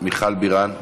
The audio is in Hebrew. מיכל בירן,